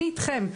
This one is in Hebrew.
אני איתכם,